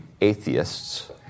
atheists